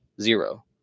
zero